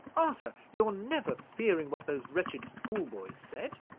arthur, you are never fearing what those wretched schoolboys said?